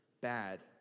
bad